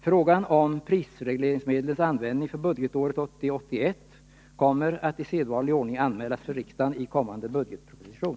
Frågan om prisregleringsmedlens användning för budgetåret 1980/81 kommer att i sedvanlig ordning anmälas för riksdagen i kommande budgetproposition.